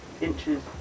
inches